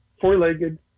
four-legged